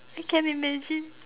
it can imagine